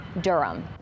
Durham